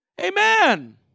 Amen